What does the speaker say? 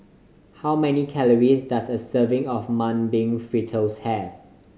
how many calories does a serving of Mung Bean Fritters have